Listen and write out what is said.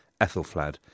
Ethelflad